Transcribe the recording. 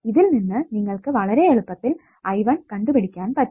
ഇതിൽ നിന്ന് നിങ്ങൾക്ക് വളരെ എളുപ്പത്തിൽ I1 കണ്ടുപിടിക്കാൻ പറ്റും